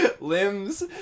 limbs